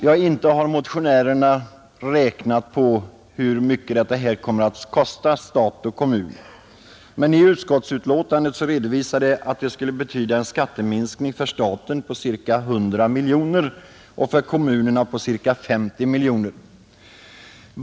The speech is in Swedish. Motionärerna har inte räknat på hur mycket en sådan höjning av avdraget skulle kosta stat och kommun, men i utskottsbetänkandet redovisas att den skulle betyda en skatteminskning för staten på ca 100 miljoner kronor och för kommunerna på ca 50 miljoner kronor.